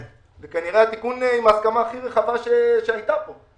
זה כנראה התיקון עם ההסכמה הכי רחבה שהייתה כאן.